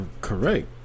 correct